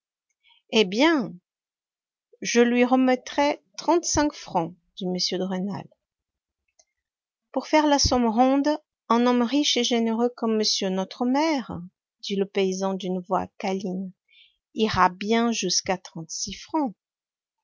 eh bien je lui remettrai trente-cinq francs dit m de rênal pour faire la somme ronde un homme riche et généreux comme monsieur notre maire dit le paysan d'une voix câline ira bien jusqu'à trente-six francs